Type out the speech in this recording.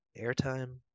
Airtime